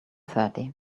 thirty